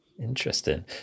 Interesting